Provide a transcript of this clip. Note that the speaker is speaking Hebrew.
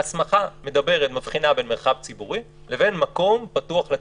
ההסמכה מבחינה בין "מרחב ציבורי" לבין "מקום פתוח לציבור".